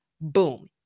Boom